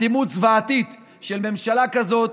אטימות זוועתית של ממשלה כזאת,